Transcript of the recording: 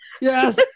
Yes